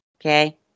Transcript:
Okay